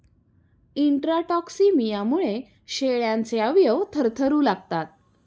इंट्राटॉक्सिमियामुळे शेळ्यांचे अवयव थरथरू लागतात